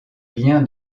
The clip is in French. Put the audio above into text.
lien